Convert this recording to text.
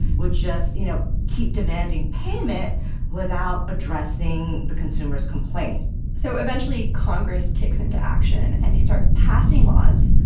would just, you know, keep demanding payment without addressing the consumer's complaint so eventually, congress kicks into action, and they start passing laws.